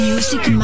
Music